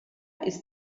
ist